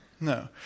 No